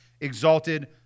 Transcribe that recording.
exalted